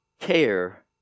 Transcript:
care